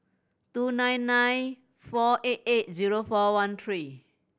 two nine nine four eight eight zero four one three